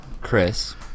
Chris